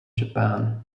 japan